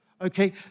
Okay